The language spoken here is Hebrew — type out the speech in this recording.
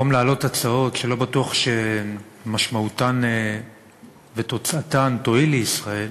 במקום להעלות הצעות שלא בטוח שמשמעותן ותוצאתן יועילו לישראל,